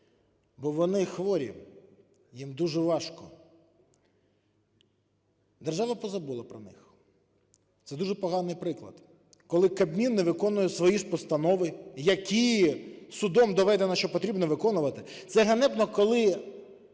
бо вони хворі, їм дуже важко. Держава позабула про них. Це дуже поганий приклад, коли Кабмін не виконує свої ж постанови, які судом доведено, що потрібно виконувати. Це ганебно, коли